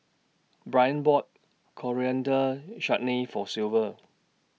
Brion bought Coriander Chutney For Silver